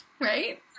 right